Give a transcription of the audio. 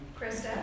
Krista